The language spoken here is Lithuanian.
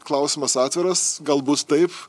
klausimas atviras gal bus taip